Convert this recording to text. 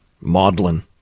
maudlin